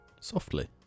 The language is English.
softly